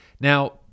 Now